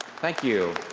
thank you.